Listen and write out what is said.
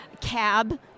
cab